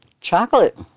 chocolate